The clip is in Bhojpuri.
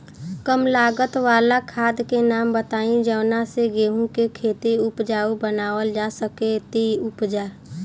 कम लागत वाला खाद के नाम बताई जवना से गेहूं के खेती उपजाऊ बनावल जा सके ती उपजा?